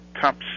Top